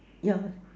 yeah